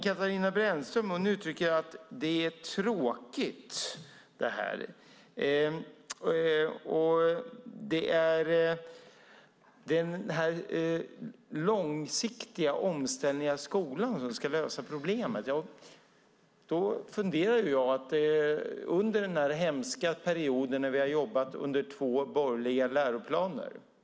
Katarina Brännström uttrycker att det här är tråkigt, och det är den långsiktiga omställningen av skolan som ska lösa problemet. Då funderar jag. Under den här hemska perioden har vi jobbat under två borgerliga läroplaner.